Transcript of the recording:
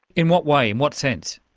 in what way, in what sense?